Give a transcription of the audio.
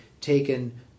taken